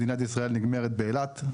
מדינת ישראל נגמרת באילת.